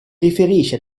riferisce